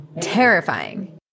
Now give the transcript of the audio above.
terrifying